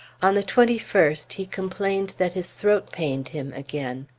on the twenty first he complained that his throat pained him again.